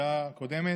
הודעה קודמת.